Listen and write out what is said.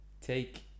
take